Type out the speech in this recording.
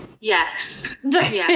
Yes